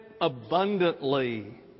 Abundantly